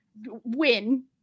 Win